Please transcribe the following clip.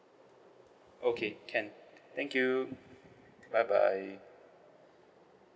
okay can thank you bye bye